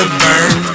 burn